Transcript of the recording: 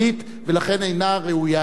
ולכן היא אינה ראויה להצמדה.